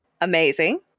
amazing